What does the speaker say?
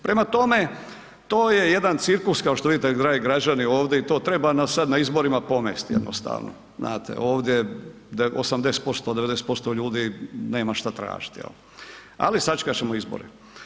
Prema tome, to je jedan cirkus kao što vidite dragi građani ovdje i to treba sada na izborima pomest jednostavno znate, ovdje 80%, 90% ljudi nema šta tražiti jel, ali sačekat ćemo izbore.